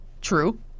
True